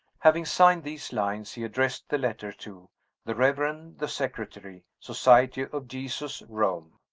having signed these lines, he addressed the letter to the reverend the secretary, society of jesus, rome.